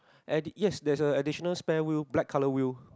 at the yes there is a additional spare wheel black colour wheel